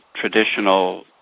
traditional